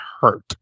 hurt